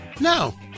No